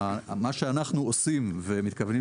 מה שאנחנו עושים ומתכוונים